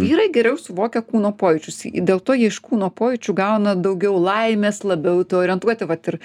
vyrai geriau suvokia kūno pojūčius dėl to jie iš kūno pojūčių gauna daugiau laimės labiau į tai orientuoti vat ir